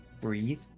breathe